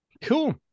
cool